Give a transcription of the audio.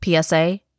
PSA